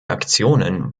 aktionen